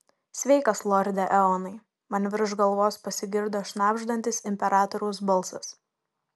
sveikas lorde eonai man virš galvos pasigirdo šnabždantis imperatoriaus balsas